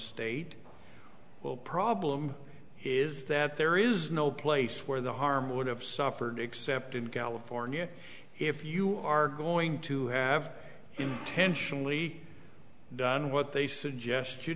state will problem is that there is no place where the harm would have suffered except in california if you are going to have intentionally done what they suggest you